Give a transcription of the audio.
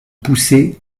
poussée